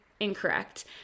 incorrect